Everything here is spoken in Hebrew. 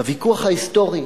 בוויכוח ההיסטורי,